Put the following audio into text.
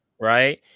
Right